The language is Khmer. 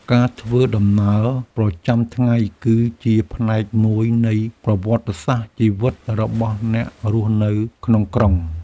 ការធ្វើដំណើរប្រចាំថ្ងៃគឺជាផ្នែកមួយនៃប្រវត្តិសាស្ត្រជីវិតរបស់អ្នករស់នៅក្នុងក្រុង។